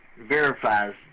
verifies